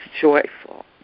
joyful